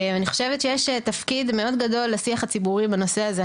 אני חושבת שיש תפקיד מאוד גדול לשיח הציבורי בנושא הזה.